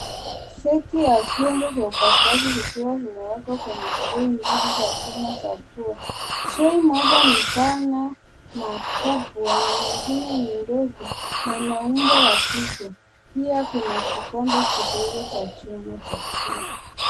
Seti ya vyombo vya upasuaji vikiwa vikiwa vimewekwa kwenye trei za chuma . Trei moja ni pana na kubwa na nyingine ni ndogo na ina umbo la figo. Pia kuna kikombe kidogo cha chuma cha kula.